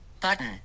Button